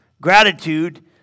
Gratitude